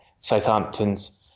Southampton's